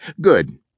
Good